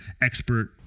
expert